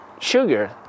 sugar